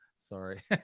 Sorry